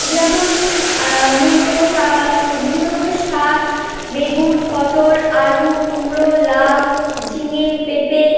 যেমন মূলো শাক বিভিন্ন প্রকার শাক বেগুন পটল আলু কুমড়ো লাউ ঝিঙে পেঁপে